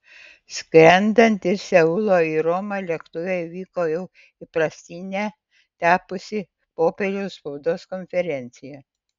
skrendant iš seulo į romą lėktuve įvyko jau įprastine tapusi popiežiaus spaudos konferencija